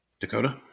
Dakota